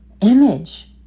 image